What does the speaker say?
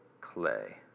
clay